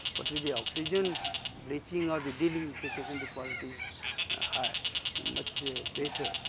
but with the oxygen bleaching of the delignification the qualities high much better.